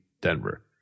Denver